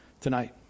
tonight